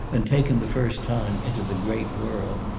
and taken the first time, into the great world,